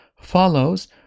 follows